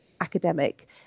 academic